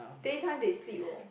day time they sleep orh